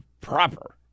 proper